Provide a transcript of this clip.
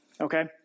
okay